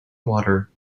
water